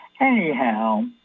Anyhow